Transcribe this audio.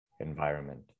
environment